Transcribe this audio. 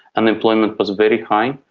unemployment was very high,